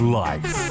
life